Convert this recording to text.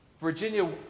Virginia